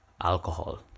alcohol